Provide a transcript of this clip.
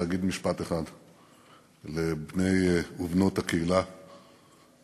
להגיד משפט אחד לבני ובנות הקהילה הלהט"בית